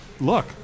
Look